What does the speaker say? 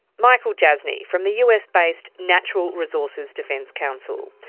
michael jasny from the us based natural resources defence council.